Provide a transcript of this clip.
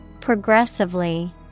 Progressively